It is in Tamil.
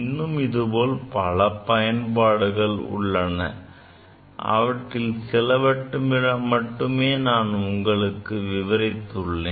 இன்னும் இது போல் பல பயன்பாடுகள் உள்ளன அவற்றில் சிலவற்றை மட்டுமே நான் உங்களுக்கு விவரித்துள்ளேன்